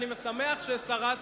אני שמח ששרת,